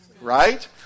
Right